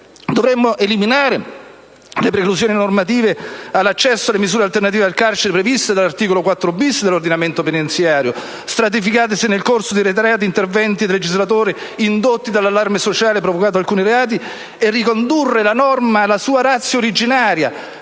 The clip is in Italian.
Dovremmo eliminare le preclusioni normative all'accesso alle misure alternative al carcere previste dall'articolo 4‑*bis* dell'ordinamento penitenziario, stratificatesi nel corso di reiterati interventi del legislatore indotti dall'allarme sociale provocato da alcuni reati, e ricondurre la norma alla sua *ratio* originaria